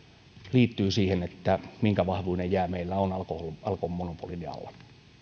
liittyy siihen minkä vahvuinen jää meillä on alkon monopolin alla